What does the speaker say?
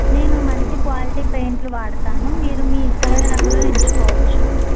నేను మంచి క్వాలిటీ పెయింట్లు వాడతాను మీరు మీ ఇష్టమైన రంగులు ఎంచుకోవచ్చు